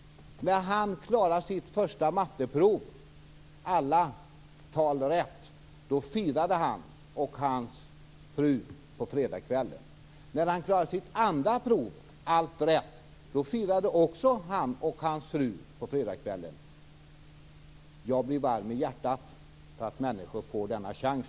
När han klarade sitt första matteprov och hade alla tal rätt, då firade han och hans fru på fredagskvällen. När han klarade sitt andra prov firade de också på en fredagskväll. Jag blir varm i hjärtat när människor får denna chans.